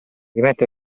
rimetterci